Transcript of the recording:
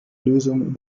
lösungen